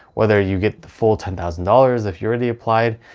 whether you get the full ten thousand dollars if you already applied,